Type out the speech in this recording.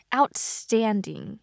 outstanding